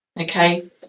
Okay